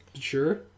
Sure